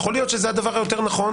יכול להיות שזה הדבר הנכון יותר.